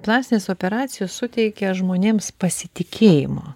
plastinės operacijos suteikia žmonėms pasitikėjimo